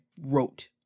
wrote